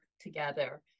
together